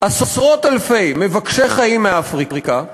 עשרות-אלפי מבקשי חיים מאפריקה,